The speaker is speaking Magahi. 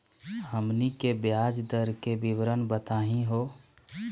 हमनी के ब्याज दर के विवरण बताही हो?